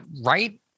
right